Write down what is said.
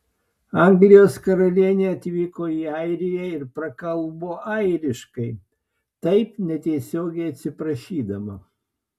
anglijos karalienė atvyko į airiją ir prakalbo airiškai taip netiesiogiai atsiprašydama